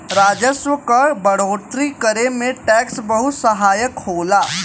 राजस्व क बढ़ोतरी करे में टैक्स बहुत सहायक होला